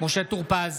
משה טור פז,